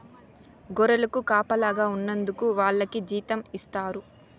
గొర్రెలకు కాపలాగా ఉన్నందుకు వాళ్లకి జీతం ఇస్తారు